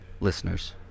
listeners